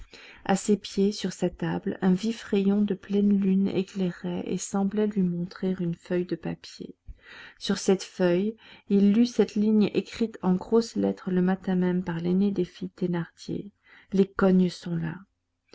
à ses pieds sur sa table un vif rayon de pleine lune éclairait et semblait lui montrer une feuille de papier sur cette feuille il lut cette ligne écrite en grosses lettres le matin même par l'aînée des filles thénardier les cognes sont là